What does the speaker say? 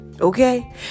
Okay